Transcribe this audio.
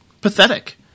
pathetic